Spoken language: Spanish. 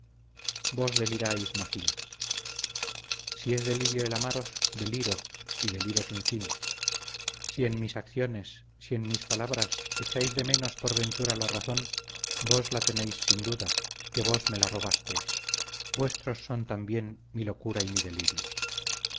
ciento vos deliráis macías si es delirio el amaros deliro y deliro sin fin si en mis acciones si en mis palabras echáis de menos por ventura la razón vos la tenéis sin duda que vos me la robasteis vuestros son también mi locura y mi delirio